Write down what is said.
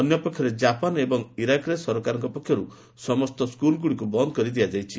ଅନ୍ୟପକ୍ଷରେ ଜାପାନ ଏବଂ ଇରାକରେ ସରକାରଙ୍କ ପକ୍ଷର ସମସ୍ତ ସ୍କୁଲ୍ଗୁଡ଼ିକୁ ବନ୍ଦ କରିଦିଆଯାଇଛି